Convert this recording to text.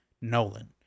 Nolan